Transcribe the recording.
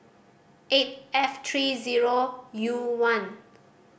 eight F three zero U one